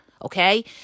okay